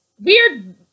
weird